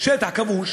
שטח כבוש